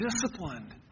disciplined